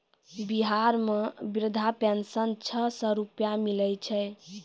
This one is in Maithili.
बिहार मे वृद्धा पेंशन छः सै रुपिया मिलै छै